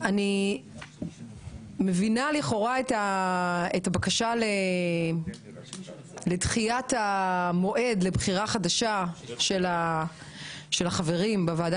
אני מבינה את הבקשה לדחיית המועד של בחירה חדשה של החברים בוועדה